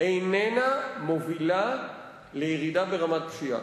איננה מובילה לירידה ברמת פשיעה.